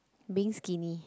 being skinny